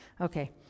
Okay